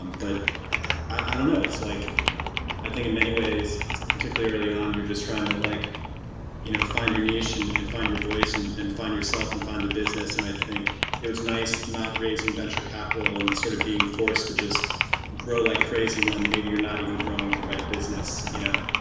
um but i don't know, it's like i think in many ways is particularly on. you're just trying to like you know find your nation and find your voice and and find yourself and find the business. and i just think it was nice not raising venture capital and sort of being forced to just grow like crazy when maybe you're not even growing the right business you know